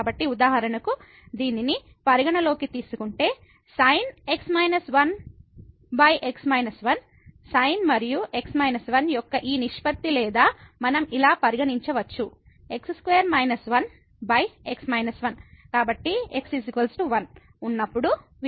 కాబట్టి ఉదాహరణకు దీనిని పరిగణనలోకి తీసుకుంటే sin x−1 x−1 sin మరియు యొక్క ఈ నిష్పత్తి లేదా మనం ఇలా పరిగణించవచ్చు x2−1 x − 1 కాబట్టి x 1 ఉన్నప్పుడు వీటిని అంచనా వేయాలనుకుంటున్నాము